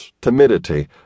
timidity